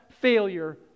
failure